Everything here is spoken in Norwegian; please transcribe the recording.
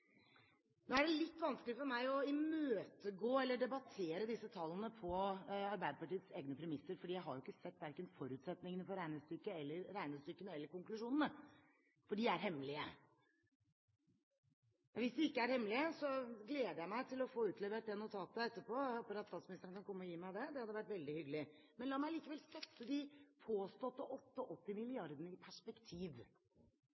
Nå er det litt vanskelig for meg å imøtegå eller debattere disse tallene på Arbeiderpartiets egne premisser, for jeg har jo ikke sett verken forutsetningene for regnestykkene eller konklusjonene – for de er hemmelige. Hvis de ikke er hemmelige, gleder jeg meg til å få utlevert det notatet etterpå. Jeg håper at statsministeren kan komme og gi meg det – det hadde vært veldig hyggelig. Men la meg sette de påståtte